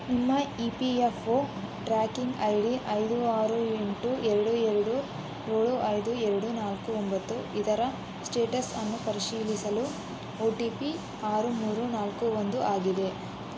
ನಿಮ್ಮ E P F O tracking I D ಐದು ಆರು ಎಂಟು ಎರ್ಡು ಎರ್ಡು ಏಳು ಐದು ಎರ್ಡು ನಾಲ್ಕು ಒಂಬತ್ತು ಇದರ ಸ್ಟೇಟಸ್ ಅನ್ನು ಪರಿಶೀಲಿಸಲು ಒ ಟಿ ಪಿ ಆರು ಮೂರು ನಾಲ್ಕು ಒಂದು ಆಗಿದೆ